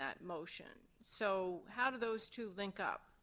that motion so how do those to link up